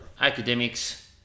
academics